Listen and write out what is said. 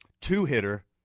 Two-hitter